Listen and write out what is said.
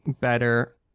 better